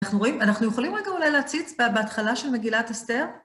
אנחנו רואים, אנחנו יכולים רגע אולי להציץ בהתחלה של מגילת אסתר?